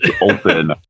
open